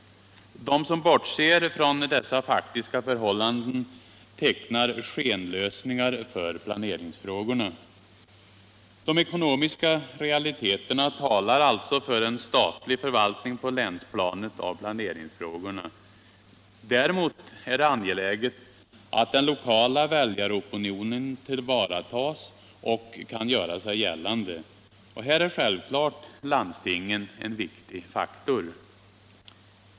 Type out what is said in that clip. De som bortser från dessa faktiska förhållanden tecknar skenlösningar för planeringsfrågorna. De ekonomiska realiteterna talar alltså för en statlig förvaltning på länsplanet av planeringsfrågorna. Däremot är det angeläget att den lokala väljaropinionen tillvaratas och kan göra sig gällande. Här är självklart landstingen en viktig faktor.